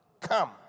come